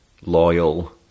loyal